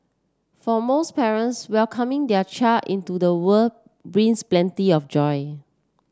for most parents welcoming their child into the world brings plenty of joy